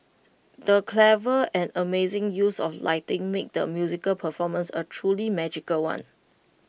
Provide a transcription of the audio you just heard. the clever and amazing use of lighting made the musical performance A truly magical one